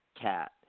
Cat